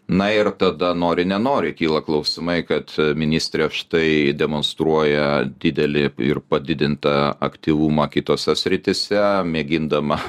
na ir tada nori nenori kyla klausimai kad ministrė štai demonstruoja didelį ir padidintą aktyvumą kitose srityse mėgindama